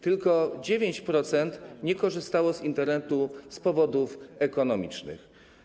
Tylko 9% nie korzystało z Internetu z powodów ekonomicznych.